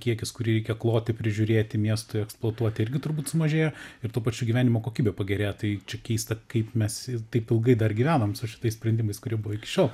kiekis kurį reikia kloti prižiūrėti miestui eksploatuoti irgi turbūt sumažėja ir tuo pačiu gyvenimo kokybė pagerėja tai čia keista kaip mes taip ilgai dar gyvenom su šitais sprendimais kurie buvo iki šiol